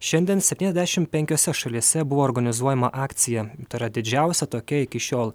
šiandien septyniasdešim penkiose šalyse buvo organizuojama akcija tai yra didžiausia tokia iki šiol